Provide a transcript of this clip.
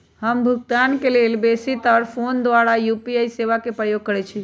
हम भुगतान के लेल बेशी तर् फोन द्वारा यू.पी.आई सेवा के प्रयोग करैछि